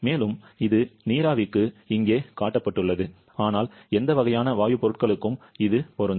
மேலும் இது நீராவிக்கு இங்கே காட்டப்பட்டுள்ளது ஆனால் எந்த வகையான வாயு பொருட்களுக்கும் இது பொருந்தும்